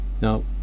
Now